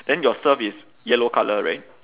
then your surf is yellow colour right